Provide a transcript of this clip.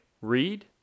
read